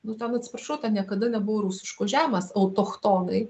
nu ten atsiprašau ten niekada nebuvo rusiškos žemės autochtonai